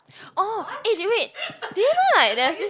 orh eh wait do you know like there's this